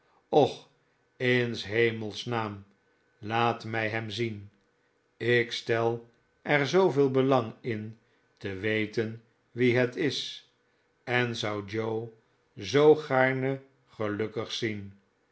och in s hemels naam laat mij hem zien ik stel er zooveel belang in te weten wie het is en zou joe zoo gaarne gelukkig zien